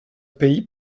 pays